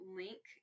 link